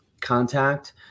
contact